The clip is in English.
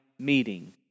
meeting